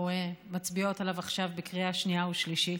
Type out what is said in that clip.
מצביעות עליו עכשיו בקריאה שנייה ושלישית,